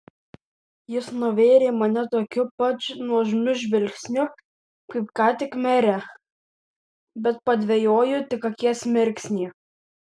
jis nuvėrė mane tokiu pat nuožmiu žvilgsniu kaip ką tik merę bet padvejojo tik akies mirksnį